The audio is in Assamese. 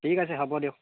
ঠিক আছে হ'ব দিয়ক